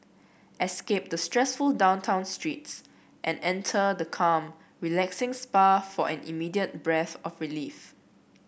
escape the stressful downtown streets and enter the calm relaxing spa for an immediate breath of relief